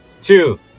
two